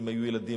אם היו ילדים,